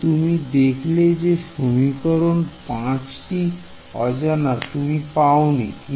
এই তুমি দেখলে একটি সমীকরণ 5 টি অজানা তুমি পাওনি